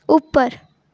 ઉપર